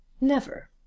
Never